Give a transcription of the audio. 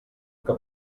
que